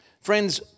Friends